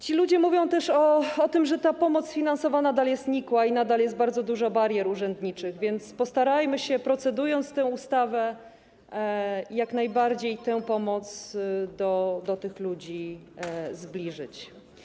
Ci ludzie mówią też o tym, że ta pomoc finansowa nadal jest nikła i nadal jest bardzo dużo barier urzędniczych, więc postarajmy się, procedując nad tą ustawą, jak najszybciej tę pomoc do tych ludzi zbliżyć.